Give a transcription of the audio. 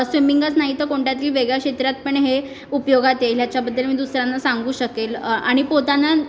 स्वीमिंगच नाही तर कोणत्यातरी वेगळ्या क्षेत्रात पण हे उपयोगात येईल ह्याच्याबद्दल मी दुसऱ्यांना सांगू शकेल आणि पोहताना